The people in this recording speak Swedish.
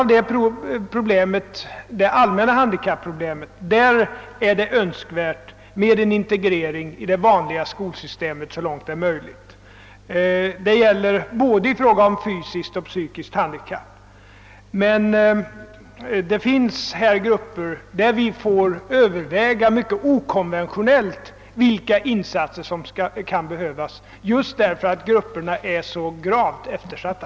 I fråga om det allmänna handikappproblemet är det önskvärt med en integrering i det vanliga skolsystemet så långt detta är möjligt — det gäller både fysiskt och psykiskt handikappade. Men det finns grupper av handikappade för vilka vi mycket okonventionellt får överväga vilka insatser som kan göras just på grund av att dessa grupper är så gravt eftersatta.